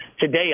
Today